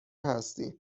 هستین